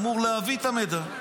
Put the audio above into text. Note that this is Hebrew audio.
אמורים להעביר את המידע.